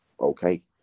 okay